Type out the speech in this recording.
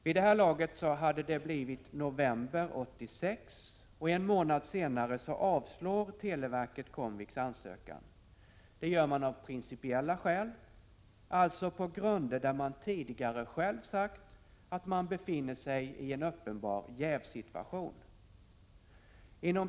Vid det här laget hade det blivit november 1986, och en månad senare avslog televerket Comviks ansökan. Det gjorde man av principiella skäl, trots att man tidigare själv sagt att man befinner sig i en uppenbar jävssituation.